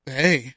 hey